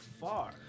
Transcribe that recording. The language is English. far